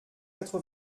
quatre